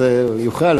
אז הוא יוכל,